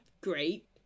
great